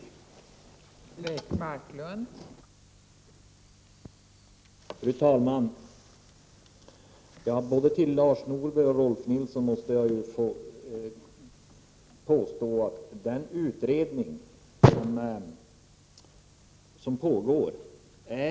Kri jel rigsmateriel